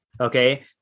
Okay